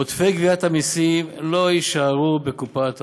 עודפי גביית המסים לא יישארו בקופת האוצר,